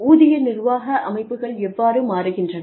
ஊதிய நிர்வாக அமைப்புகள் எவ்வாறு மாறுகின்றன